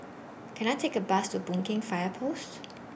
Can I Take A Bus to Boon Keng Fire Post